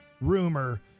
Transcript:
rumor